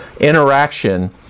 interaction